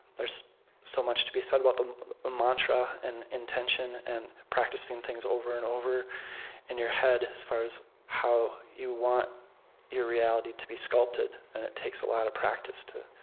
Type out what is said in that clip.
there's so much to be said about the mantra and intention and practicing things over and over in your head, as far as how you want your reality to be sculpted. and it takes a lot of practice to